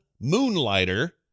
Moonlighter